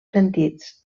sentits